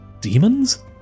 Demons